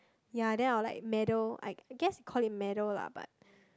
ya then I will like meddle I guess can call it meddle lah but